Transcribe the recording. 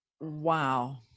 Wow